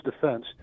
defense